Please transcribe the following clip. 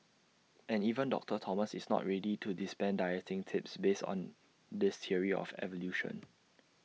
and even doctor Thomas is not ready to dispense dieting tips based on this theory of evolution